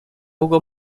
ugo